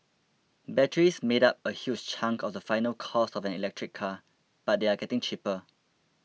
batteries made up a huge chunk of the final cost of an electric car but they are getting cheaper